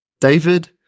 David